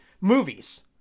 Movies